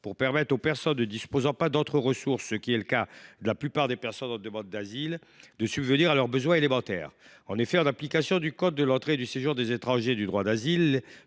pour permettre aux personnes ne disposant pas d’autres ressources, ce qui est le cas de la plupart des demandeurs d’asile, de subvenir à leurs besoins élémentaires. En application du code de l’entrée et du séjour des étrangers et du droit d’asile